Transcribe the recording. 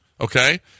Okay